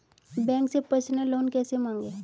Bank से personal loan कैसे मांगें?